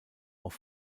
auf